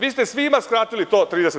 Vi ste to svima skratili 30%